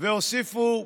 והוסיפו,